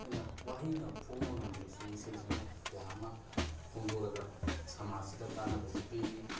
ꯑꯩꯈꯣꯏꯅ ꯋꯥꯍꯩꯅ ꯐꯣꯡꯕ ꯉꯝꯗ꯭ꯔꯁꯨ ꯏꯁꯩꯁꯤꯅ ꯀꯌꯥ ꯑꯃ ꯐꯣꯡꯗꯣꯛꯑꯒ ꯁꯝꯃꯥꯖꯁꯤꯗ ꯀꯥꯟꯅꯕꯁꯨ ꯄꯤꯔꯤ